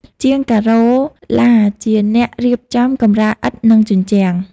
ជាងការ៉ូឡាជាអ្នករៀបចំកម្រាលឥដ្ឋនិងជញ្ជាំង។